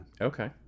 Okay